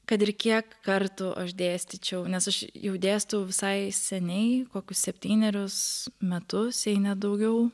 kad ir kiek kartų aš dėstyčiau nes aš jau dėstau visai seniai kokius septynerius metus jei ne daugiau